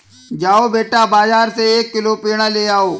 जाओ बेटा, बाजार से एक किलो पेड़ा ले आओ